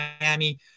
miami